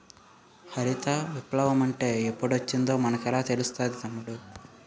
హరిత విప్లవ మంటే ఎప్పుడొచ్చిందో మనకెలా తెలుస్తాది తమ్ముడూ?